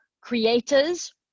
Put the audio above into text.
creators